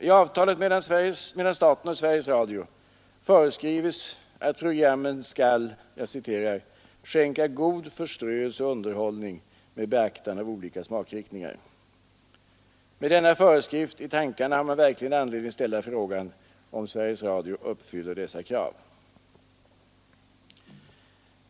I avtalet mellan staten och Sveriges Radio föreskrives att programmen skall ”skänka god förströelse och underhållning med beaktande av olika smakriktningar”. Med denna föreskrift i tankarna har man verkligen anledning ställa frågan om Sveriges Radio uppfyller dessa krav.